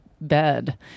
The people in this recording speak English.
bed